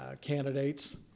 candidates